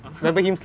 (uh huh)